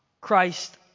Christ